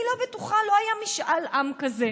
אני לא בטוחה, לא היה משאל עם כזה.